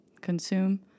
consume